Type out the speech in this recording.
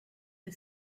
the